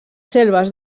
selves